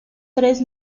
tres